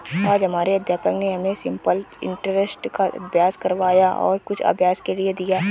आज हमारे अध्यापक ने हमें सिंपल इंटरेस्ट का अभ्यास करवाया और कुछ अभ्यास के लिए दिया